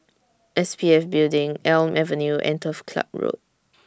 S P F Building Elm Avenue and Turf Ciub Road